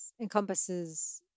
encompasses